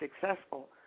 successful